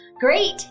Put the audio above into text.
Great